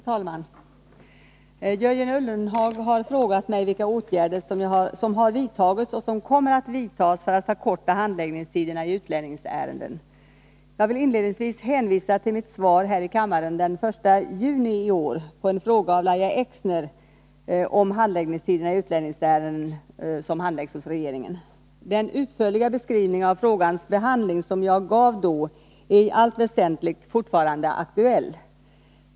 Herr talman! Jörgen Ullenhag har frågat mig vilka åtgärder som har vidtagits och som kommer att vidtas för att förkorta handläggningstiderna i utlänningsärenden. Jag vill inledningsvis hänvisa till mitt svar här i kammaren den I juni i år på en fråga av Lahja Exner om handläggningstiderna i utlänningsärenden som handläggs hos regeringen. Den utförliga beskrivning av frågans behandling som jag gav då är i allt väsentligt fortfarande aktuell.